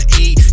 eat